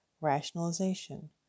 rationalization